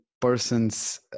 person's